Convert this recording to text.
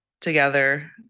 together